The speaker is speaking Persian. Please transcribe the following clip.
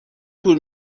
طول